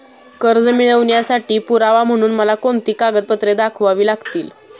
कर्ज मिळवण्यासाठी पुरावा म्हणून मला कोणती कागदपत्रे दाखवावी लागतील?